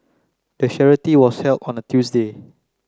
the charity run was held on a Tuesday